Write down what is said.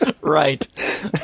Right